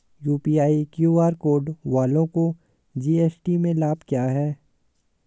UPI QR code वालों को GST में लाभ क्या है?